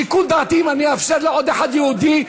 שיקול דעתי אם אני אאפשר לעוד אחד יהודי.